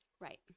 Right